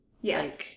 Yes